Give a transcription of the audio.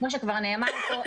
כמו שכבר נאמר פה,